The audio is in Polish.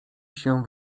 się